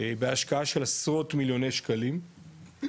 בהשקעה של עשרות מיליוני שקלים,